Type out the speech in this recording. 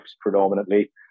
predominantly